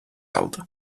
aldı